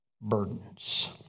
burdens